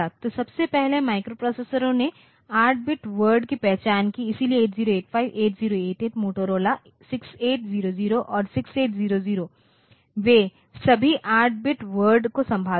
तो सबसे पहले माइक्रोप्रोसेसरों ने 8 बिट वर्ड की पहचान की इसलिए 8085 8088 मोटोरोला 6800 और 6800 वे सभी 8 बिट वर्ड को संभालते हैं